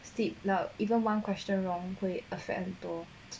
steep 了 even one question wrong 会 affect 很多